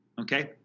okay